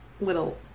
little